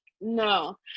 no